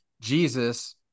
jesus